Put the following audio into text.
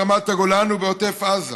ברמת הגולן ובעוטף עזה,